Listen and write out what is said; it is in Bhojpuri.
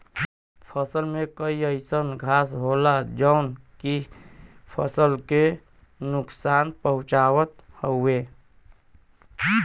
फसल में कई अइसन घास होला जौन की फसल के नुकसान पहुँचावत हउवे